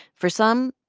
for some,